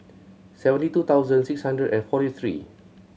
seventy two thousand six hundred and forty three